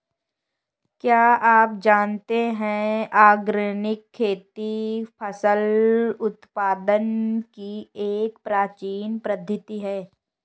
क्या आप जानते है ऑर्गेनिक खेती फसल उत्पादन की एक प्राचीन पद्धति है?